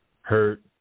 hurt